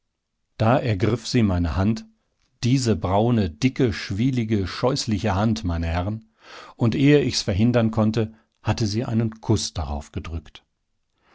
da ergriff sie meine hand diese braune dicke schwielige scheußliche hand meine herren und ehe ich's verhindern konnte hatte sie einen kuß daraufgedrückt